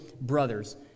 brothers